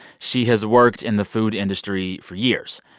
she has worked in the food industry for years.